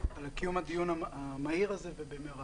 על קיום הדיון המהיר הזה ובמהרה.